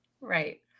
Right